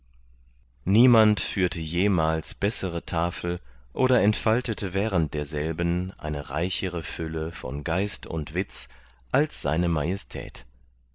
niemand führte jemals bessere tafel oder entfaltete während derselben eine reichere fülle von geist und witz als se majestät